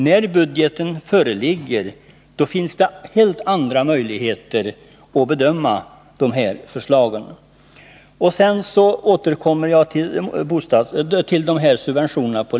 När budgetpropositionen föreligger, då har har vi helt andra möjligheter att bedöma förslagen. Jag återkommer sedan till frågan om livsmedelssubventionerna.